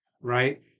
right